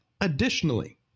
additionally